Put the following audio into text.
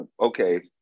okay